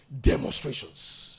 demonstrations